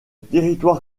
territoire